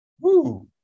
Woo